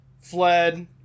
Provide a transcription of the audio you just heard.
fled